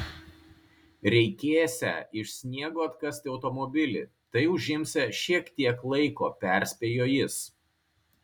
reikėsią iš sniego atkasti automobilį tai užimsią šiek tiek laiko perspėjo jis